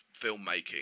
filmmaking